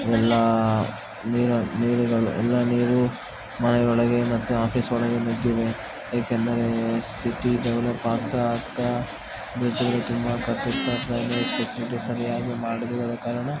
ಎಲ್ಲ ನೀರು ನೀರುಗಳು ಎಲ್ಲ ನೀರು ಮನೆಯೊಳಗೆ ಮತ್ತು ಆಫೀಸ್ ಒಳಗೆ ನುಗ್ಗಿವೆ ಏಕೆಂದರೆ ಸಿಟಿ ಡೆವೆಲಪ್ ಆಗ್ತಾ ಆಗ್ತಾ ಬ್ರಿಡ್ಜ್ಗಳು ತುಂಬ ಫೆಸಿಲಿಟಿ ಸರಿಯಾಗಿ ಮಾಡದೇ ಇರುವ ಕಾರಣ